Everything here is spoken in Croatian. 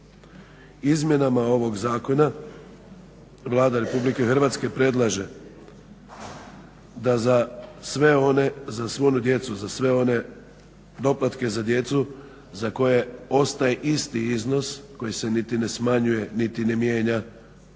Izmjenama ovog zakona Vlada Republike Hrvatske predlaže da za svu djecu, za sve one doplatke za djecu za koje ostaje isti iznos koji se niti ne smanjuje, niti ne mijenja